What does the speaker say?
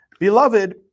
Beloved